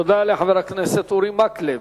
תודה לחבר הכנסת אורי מקלב.